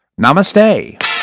Namaste